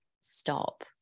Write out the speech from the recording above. stop